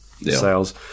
sales